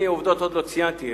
אני עוד לא ציינתי עובדות,